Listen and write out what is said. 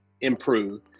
improve